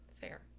fair